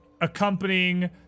Accompanying